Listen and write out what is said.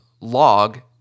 log